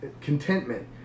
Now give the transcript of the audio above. contentment